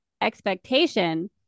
expectation